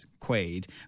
Quaid